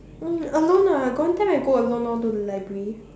oh alone ah got one time I go alone lor to the library